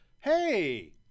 hey